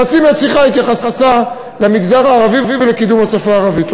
חצי מהשיחה התייחסה למגזר הערבי ולקידום השפה הערבית.